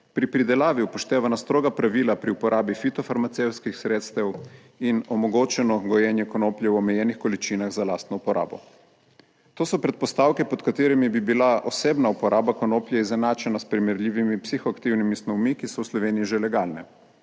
pri pridelavi upoštevana stroga pravila pri uporabi fitofarmacevtskih sredstev in omogočeno gojenje konoplje v omejenih količinah za lastno uporabo. To so predpostavke, pod katerimi bi bila osebna uporaba konoplje izenačena s primerljivimi psihoaktivnimi snovmi, ki so v Sloveniji že legalne.